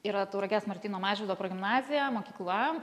yra tauragės martyno mažvydo progimnazija mokykla